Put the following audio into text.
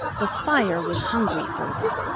the fire was hungry for them.